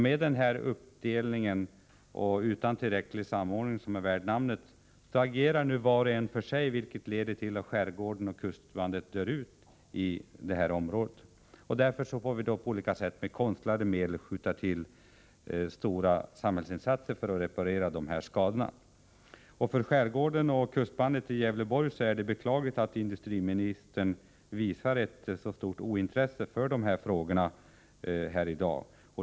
Med denna uppdelning och utan en tillräcklig samordning värd namnet agerar nu var och en för sig, vilket leder till att förutsättningarna för verksamheter i skärgården och kustbandet efter hand försvinner. Därefter får vi med konstlade medel gå in med stora samhällsinsatser för att reparera dessa skador. För skärgården och kustbandet i Gävleborg är det beklagligt att industriministern visar ett sådant ointresse för dessa frågor här i dag.